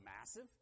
massive